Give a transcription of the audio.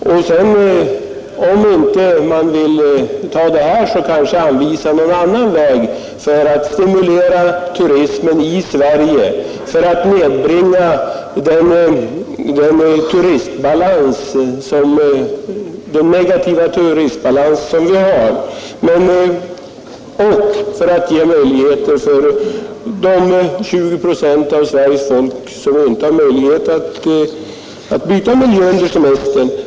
Och om man inte vill ta det, kanske man kan anvisa någon annan väg för att stimulera turismen i Sverige och nedbringa den negativa turistbalans som vi har men också för att ge nya möjligheter åt de 20 procent av Sveriges folk som inte kan byta miljö under semestern.